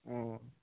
ও